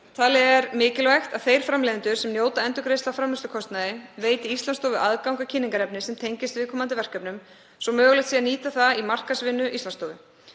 Talið er mikilvægt að þeir framleiðendur sem njóta endurgreiðslu á framleiðslukostnaði veiti Íslandsstofu aðgang að kynningarefni sem tengist viðkomandi verkefnum svo mögulegt sé að nýta það í markaðsvinnu Íslandsstofu.